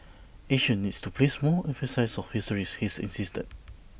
Asia needs to place more emphasis on histories his insisted